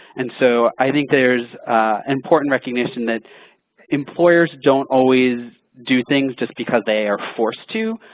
and so, i think there is important recognition that employers don't always do things just because they are forced to.